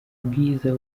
bwiza